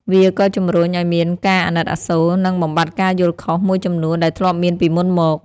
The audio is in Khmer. វាក៏ជំរុញឲ្យមានការអាណិតអាសូរ និងបំបាត់ការយល់ខុសមួយចំនួនដែលធ្លាប់មានពីមុនមក។